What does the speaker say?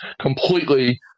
completely